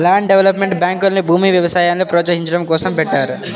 land development బ్యాంకుల్ని భూమి, వ్యవసాయాల్ని ప్రోత్సహించడం కోసం పెట్టారు